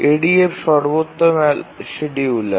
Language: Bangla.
EDF সর্বোত্তম শিডিয়ুলার